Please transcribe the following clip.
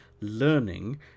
learning